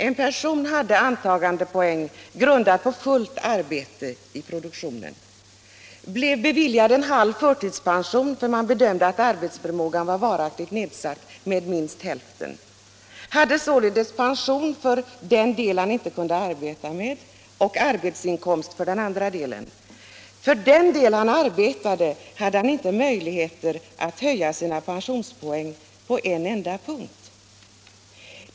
En person hade antagandepoäng grundad på fullt arbete i produktionen. Han blev beviljad halv förtidspension, då det bedömdes att arbetsförmågan var varaktigt nedsatt med minst hälften. Han hade således halv förtidspension och arbetsinkomst för sin halva arbetsförmåga. För arbetsinkomsten hade han inte möjlighet att höja sin pensionspoäng på en enda punkt.